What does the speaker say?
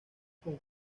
con